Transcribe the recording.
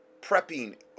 Prepping